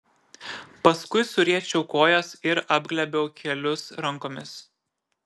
paskui suriečiau kojas ir apglėbiau kelius rankomis